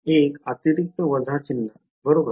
एक अतिरिक्त वजा चिन्ह बरोबर